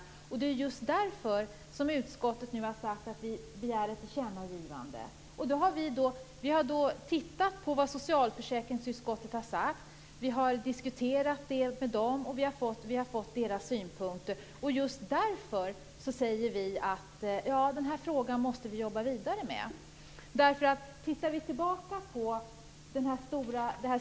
Det är just därför som utskottet har begärt ett tillkännagivande. Vi har diskuterat frågan med socialförsäkringsutskottet och fått deras synpunkter. Just därför säger vi att detta är en fråga som vi måste arbeta vidare med.